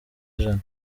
ijana